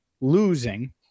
losing